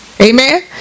Amen